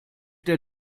der